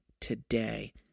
today